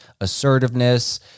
assertiveness